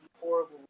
horrible